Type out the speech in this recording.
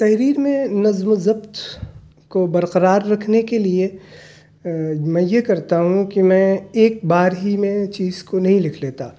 تحریر میں نظم و ضبط کو برقرار رکھنے کے لیے میں یہ کرتا ہوں کہ میں ایک بار ہی میں چیز کو نہیں لکھ لیتا